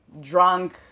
drunk